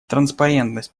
транспарентность